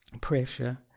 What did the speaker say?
pressure